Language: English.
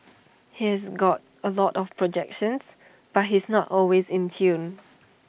he's got A lot of projections but he's not always in tune